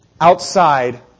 outside